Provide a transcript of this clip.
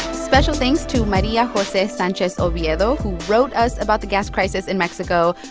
special thanks to maria jose sanchez oviedo, who wrote us about the gas crisis in mexico.